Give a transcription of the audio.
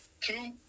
Two